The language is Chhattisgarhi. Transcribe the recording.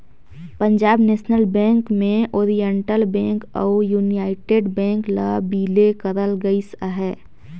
पंजाब नेसनल बेंक में ओरिएंटल बेंक अउ युनाइटेड बेंक ल बिले करल गइस अहे